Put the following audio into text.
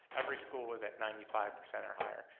every school was at ninety five percent or higher.